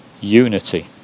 unity